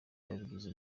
babigize